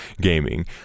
gaming